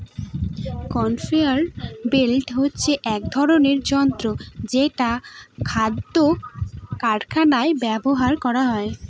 conveyor belt হচ্ছে এক ধরনের যন্ত্র যেটা খাদ্য কারখানায় ব্যবহার করা হয়